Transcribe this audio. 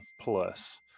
plus